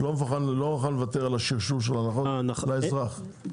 לא מוכן לוותר על השרשור של ההנחות לאזרח,